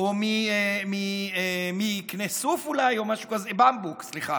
או מקנה סוף אולי, או משהו כזה, במבוק, סליחה,